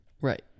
Right